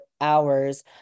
hours